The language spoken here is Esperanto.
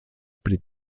pri